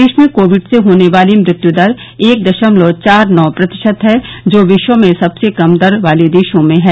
देश में कोविड से होने वाली मृत्यु दर एक दशमलव चार नौ प्रतिशत है जो विश्व में सबसे कम दर वाले देशों में है